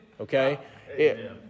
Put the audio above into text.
okay